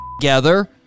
together